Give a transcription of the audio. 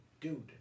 dude